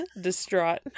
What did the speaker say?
distraught